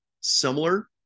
similar